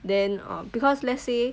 then uh because let's say